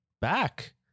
back